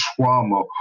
trauma